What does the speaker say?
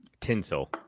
tinsel